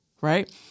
right